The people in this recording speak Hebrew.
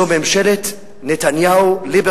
זו ממשלת נתניהו-ליברמן-ברק,